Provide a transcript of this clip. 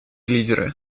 лидеры